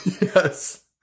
Yes